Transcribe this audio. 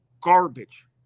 garbage